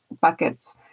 buckets